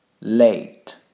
Late